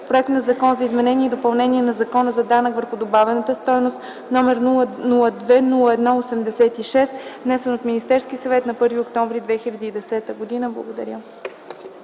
проект на Закон за изменение и допълнение на Закона за данък върху добавената стойност, № 002-01-86, внесен от Министерския съвет на 1 октомври 2010 г.” Благодаря.